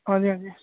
ਹਾਂਜੀ ਹਾਂਜੀ